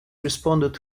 responded